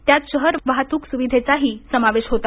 त्यात शहर वाहतूक सुविधेचाही समावेश होता